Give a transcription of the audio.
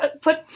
put